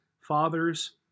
fathers